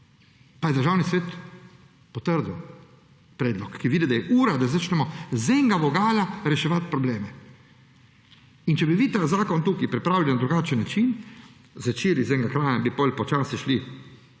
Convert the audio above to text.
Pa je Državni svet potrdil predlog, ker je videl, da je ura, da začnemo z enega vogala reševati probleme. Če bi vi ta zakon tukaj pripravili na drugačen način, začeli z enega kraja in bi potem počasi šli